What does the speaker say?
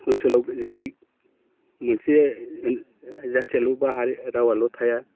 ओनसोलाव जेरै मोनसे जाथियाल' बाहाय रावाल' थाया